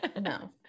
No